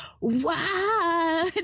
wow